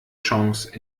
chance